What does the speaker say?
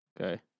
Okay